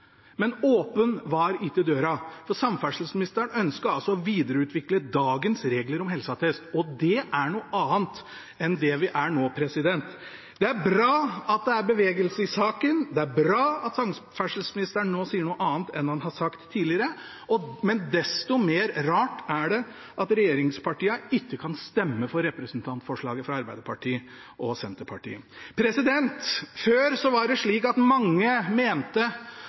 men åpen var ikke døra, for samferdselsministeren ønsket altså å videreutvikle dagens regler om helseattest. Det er noe annet enn det vi debatterer nå. Det er bra at det er bevegelse i saken. Det er bra at samferdselsministeren nå sier noe annet enn han har sagt tidligere, men desto rarere er det at regjeringspartiene ikke kan stemme for forslaget fra Arbeiderpartiet og Senterpartiet. Før var det slik at mange mente